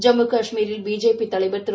ஜம்மு காஷ்மீரில் பிஜேபி தலைவர் திரு